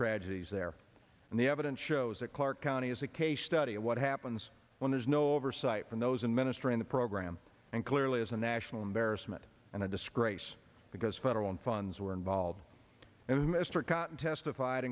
tragedies there and the evidence shows that clark county is a case study of what happens when there's no oversight from those in many strain the program and clearly is a national embarrassment and a disgrace because federal funds were involved and mr cotton testified